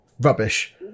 rubbish